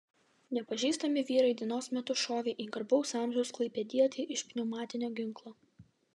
nepažįstami vyrai dienos metu šovė į garbaus amžiaus klaipėdietį iš pneumatinio ginklo